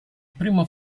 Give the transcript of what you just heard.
primo